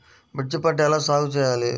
మిర్చి పంట ఎలా సాగు చేయాలి?